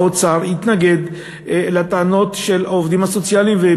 האוצר התנגד לטענות של העובדים הסוציאליים,